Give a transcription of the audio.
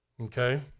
okay